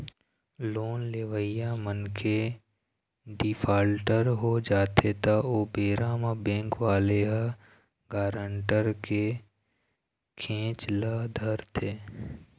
loan लेवइया मनखे defaulter हो जाथे त ओ बेरा म बेंक वाले ह गारंटर के घेंच ल धरथे